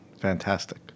fantastic